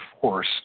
force